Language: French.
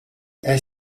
est